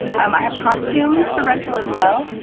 um i have costumes for rental as well,